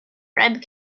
red